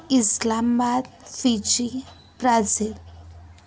Islamabad Fiji Brazil